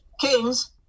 kings